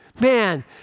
man